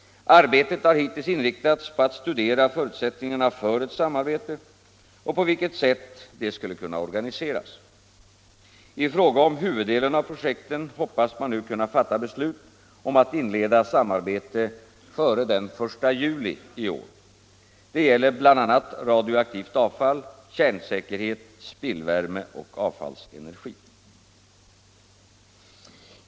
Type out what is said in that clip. Verksamheten har hittills inriktats på att studera förutsättningarna för ett samarbete och på vilket sätt detta skulle kunna organiseras. I fråga om huvuddelen av projekten hoppas man nu kunna fatta beslut om att inleda samarbete före den 1 juli i år. Detta gäller bl.a. radioaktivt avfall, kärnsäkerhet, spillvärme och avfallsenergi.